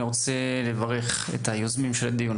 אני רוצה לברך את היוזמים של הדיון,